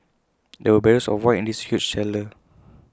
there were barrels of wine in this huge cellar